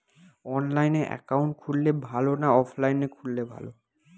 অনলাইনে একাউন্ট খুললে ভালো না অফলাইনে খুললে ভালো?